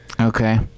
Okay